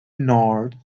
north